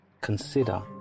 consider